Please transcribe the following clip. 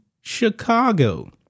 Chicago